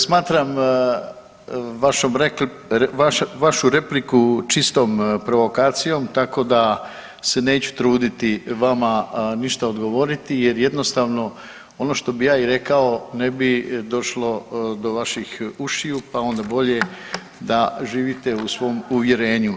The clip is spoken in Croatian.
Smatram vašu repliku čistom provokacijom, tako da se neću truditi vama ništa odgovoriti jer jednostavno ono što bih ja i rekao ne bi došlo do vaših ušiju, pa onda bolje da živite u svom uvjerenju.